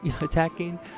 attacking